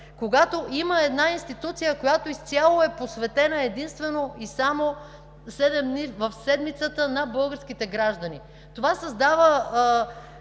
когато има една институция, която изцяло е посветена единствено и само седем дни в седмицата на българските граждани. Това създава